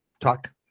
talk